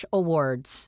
awards